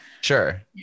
Sure